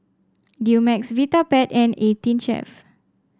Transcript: Dumex Vitapet and Eighteen Chef